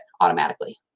automatically